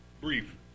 brief